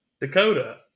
dakota